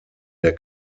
der